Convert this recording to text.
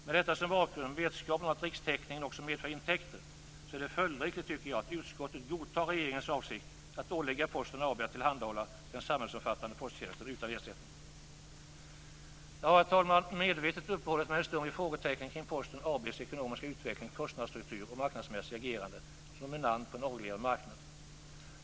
Med detta som bakgrund och med vetskapen om att rikstäckningen också medför intäkter, är det följdriktigt att utskottet godtar regeringens avsikt att ålägga Posten AB att tillhandahålla den samhällsomfattande posttjänsten utan ersättning. Jag har, herr talman, medvetet uppehållit mig en stund vid frågetecknen kring Posten AB:s ekonomiska utveckling, kostnadsstruktur och marknadsmässiga agerande som dominant på en avreglerad marknad.